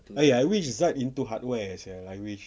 eh I wish zad into hardware sia I wish